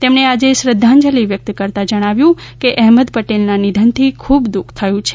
તેમણે આજે શ્રધ્ધાંજલિ વ્યકત કરતા જણાવ્યુ હતુ કે અહેમદ જ પટેલના નિધનથી ખૂબ દુઃખ થયુ છે